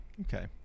okay